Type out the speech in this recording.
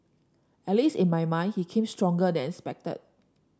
at least in my mind he came out stronger than expected